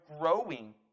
growing